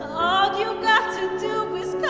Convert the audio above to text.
all you've got to do